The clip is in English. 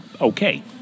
okay